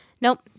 nope